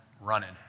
running